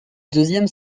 deuxième